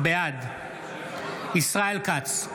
בעד ישראל כץ,